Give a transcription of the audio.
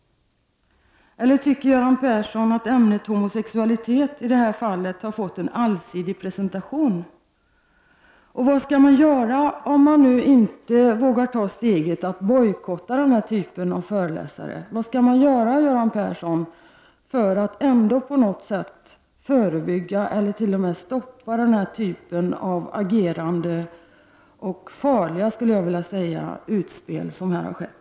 Tycker Göran Persson att ämnet homosexualitet i det här fallet har fått en allsidig presentation? Vad skall man göra om man nu inte vågar ta steget att bojkotta den här typen av föreläsare? Vad skall man göra, Göran Persson, för att ändå på något sätt förebygga eller t.o.m. stoppa den här typen av agerande och farliga, skulle jag vilja säga, utspel som här har skett?